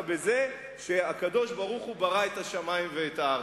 בזה שהקדוש-ברוך-הוא ברא את השמים ואת הארץ?